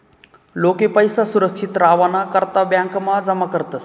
लोके पैसा सुरक्षित रावाना करता ब्यांकमा जमा करतस